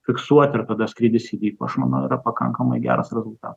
fiksuoti ar tada skrydis įvyko aš manau yra pakankamai geras rezultatas